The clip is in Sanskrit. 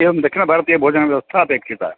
एवं दक्षिणभारतीयभोजनव्यवस्था अपेक्षिता